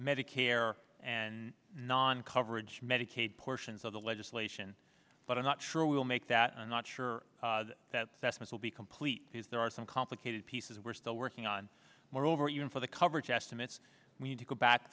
medicare and non coverage medicaid portions of the legislation but i'm not sure we'll make that i'm not sure that best will be complete is there are some complicated pieces we're still working on moreover you know for the coverage estimates we need to go back